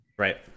Right